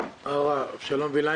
אבו וילן.